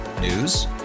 News